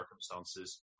circumstances